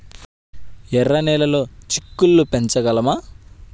ఎర్ర నెలలో చిక్కుళ్ళు పెంచగలమా?